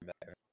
better